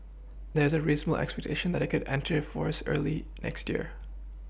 there's a reasonable expectation that it could enter force early next year